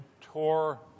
tore